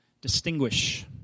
distinguish